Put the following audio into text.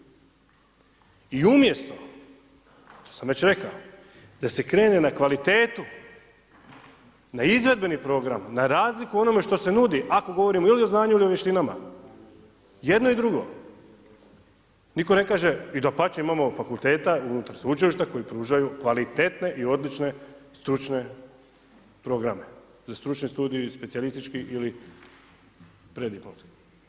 I umjesto to sam već rekao, da se krene na kvalitetu na izvedbeni program, na razliku onome što se nudi, ako govorimo ili o znanju ili o vještinama, jedno i drugo, nitko ne kaže, i dapače imamo fakulteta unutar sveučilišta koji pružaju kvalitetne i odlične stručne programe, za stručni studije, specijalistički ili preddiplomski.